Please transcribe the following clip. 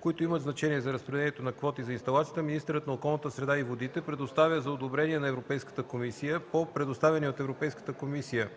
които имат значение за разпределението на квоти за инсталацията, министърът на околната среда и водите предоставя за одобрение на Европейската комисия, използвайки предоставения от Европейската комисия